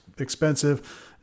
Expensive